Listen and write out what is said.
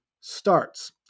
starts